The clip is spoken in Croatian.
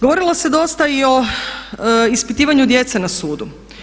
Govorilo se dosta i o ispitivanju djece na sudu.